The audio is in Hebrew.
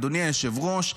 אדוני היושב-ראש,